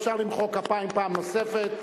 אפשר למחוא כפיים פעם נוספת.